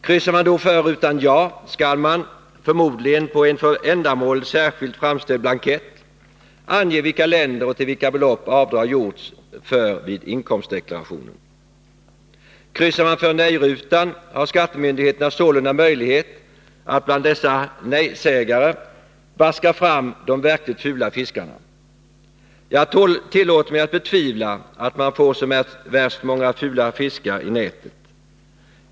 Kryssar man då för rutan ”ja” skall man, förmodligen på en för ändamålet särskilt framställd blankett, ange vilka länder det gäller och med vilka belopp avdrag gjorts vid inkomstdeklarationen. Kryssar man för nejrutan har skattemyndigheterna sålunda möjlighet att bland dessa ”nejsägare” vaska fram de verkligt fula fiskarna. Jag tillåter mig betvivla att man får så värst många fula fiskar i nätet.